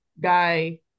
guy